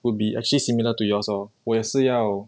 would be actually similar to yours lor 我也是要